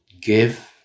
give